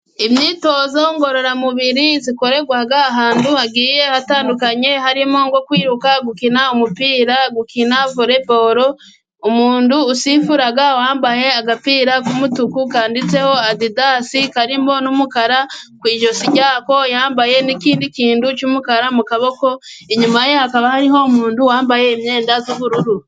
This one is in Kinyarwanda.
imyitozo ngororamubiri, zikorerwa ahantu hagiye ahatandukanye harimo nko kwiruka, gukina umupira, gukina volley ball, umuntu usifura, wambaye agapira k'umutuku kanditseho adidas, karirimo n'umukara ku ijosi ryako, yambaye n'ikindi kintu cy'umukara mu kaboko, inyuma ye hakaba hariho umuntu wambaye imyenda z'ubururu.